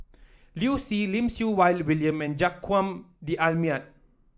Liu Si Lim Siew Wai William and Joaquim D'Almeida